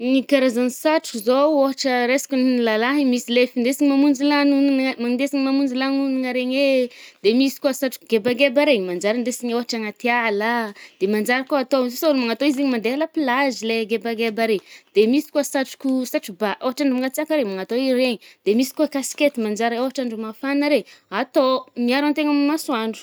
Ny karazan’ny satroko zao ôhatra resiko làlàhy, misy le fidesiny mamonjy lagnonagna mandesiny mamonjy lagnonagna regny e ,de misy koà satroky gebagebà regny, manjary andesigny agnaty ala a, de manjary koà atô misy ologny manatô izy igny mandea la plage le gebageba re. De misy koà satroko satro-bà ôhatra mangatsiàka regny, manatô i regny. De misy koà casquette manjary ôhatra andro mafana re, atô. Miaro antegna amy masoandro.